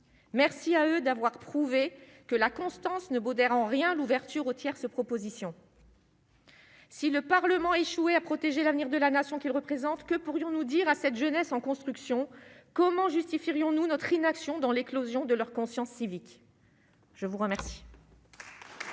merci à eux d'avoir prouvé que la constance ne modèrent en rien l'ouverture aux tierces, propositions. Si le Parlement échoué à protéger l'avenir de la nation qu'qui représentent que pourrions-nous dire à cette jeunesse en construction, comment justifier rions, nous notre inaction dans l'éclosion de leur conscience civique. Je vous remercie.